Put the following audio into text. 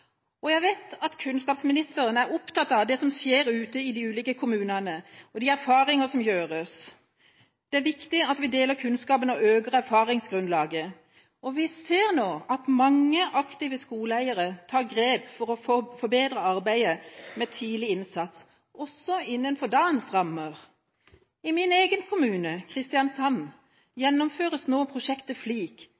og jeg vet at kunnskapsministeren er opptatt av det som skjer ute i de ulike kommunene og de erfaringer som gjøres. Det er viktig at vi deler kunnskapen og øker erfaringsgrunnlaget, og vi ser nå at mange aktive skoleeiere tar grep for å forbedre arbeidet med tidlig innsats, også innenfor dagens rammer. I min egen kommune, Kristiansand,